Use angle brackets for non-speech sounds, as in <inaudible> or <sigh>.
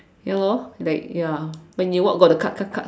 ya lor like ya when you walk got the like <noise>